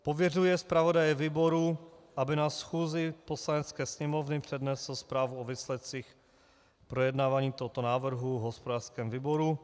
pověřuje zpravodaje výboru, aby na schůzi Poslanecké sněmovny přednesl zprávu o výsledcích projednávání tohoto návrhu v hospodářském výboru;